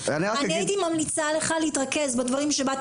אני הייתי ממליצה לך להתרכז בדברים שבאת